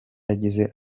yagize